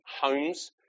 homes